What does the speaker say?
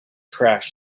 trash